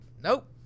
nope